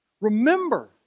Remember